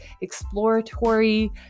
exploratory